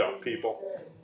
people